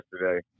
yesterday